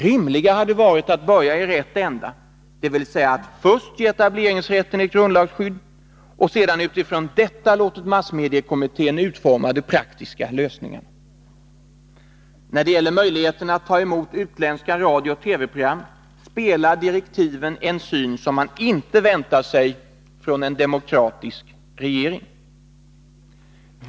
Rimligare hade varit att börja i rätt ända, dvs. först ge etableringsrätten ett grundlagsskydd och sedan utifrån detta låtit massmediekommittén utforma de praktiska lösningarna. När det gäller möjligheterna att ta emot utländska radiooch TV-program speglar direktiven en syn som man inte väntar sig från en demokratisk regering.